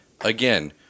again